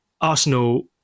Arsenal